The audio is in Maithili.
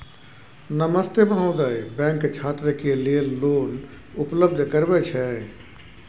नमस्ते महोदय, बैंक छात्र के लेल लोन उपलब्ध करबे छै?